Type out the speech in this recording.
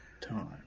time